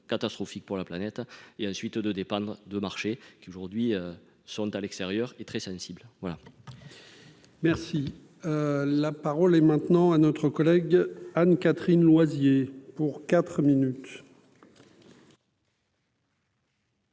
catastrophique pour la planète et ensuite de dépendre de marché qui aujourd'hui sont à l'extérieur et très sensible, voilà. Merci, la parole est maintenant à notre collègue Anne-Catherine Loisier pour 4 minutes.